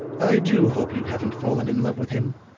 i do hope you haven't fallen in love with him.